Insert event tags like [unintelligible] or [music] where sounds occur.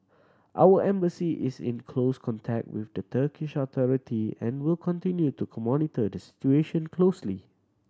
our Embassy is in close contact with the Turkish authority and will continue to [unintelligible] monitor the situation closely